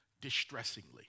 distressingly